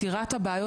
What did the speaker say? פתירת הבעיות